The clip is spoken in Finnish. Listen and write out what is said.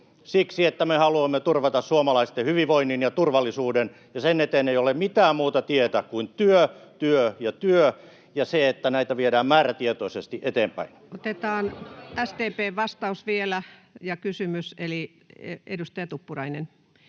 Siksi, että me haluamme turvata suomalaisten hyvinvoinnin ja turvallisuuden, ja sen eteen ei ole mitään muuta tietä kuin työ, työ ja työ ja se, että näitä viedään määrätietoisesti eteenpäin. [Speech 76] Speaker: Ensimmäinen